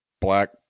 black